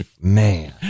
Man